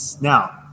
Now